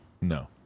No